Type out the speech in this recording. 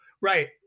Right